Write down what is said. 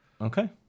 Okay